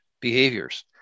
behaviors